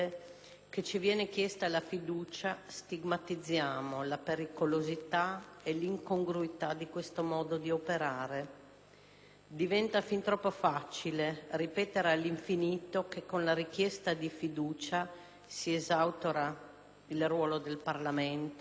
che ci viene chiesta la fiducia stigmatizziamo la pericolosità e l'incongruità di questo modo di operare. Diventa fin troppo facile ripetere all'infinito che con la richiesta di fiducia si esautora il ruolo del Parlamento,